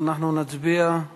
אנחנו נצביע על